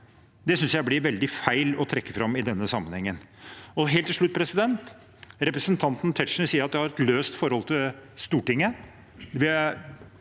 jeg blir veldig feil å trekke fram i denne sammenhengen. Helt til slutt: Representanten Tetzschner sier at jeg har et «løst forhold» til Stortinget.